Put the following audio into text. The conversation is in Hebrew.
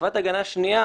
שכבת הגנה שנייה,